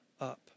up